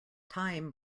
time